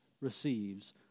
receives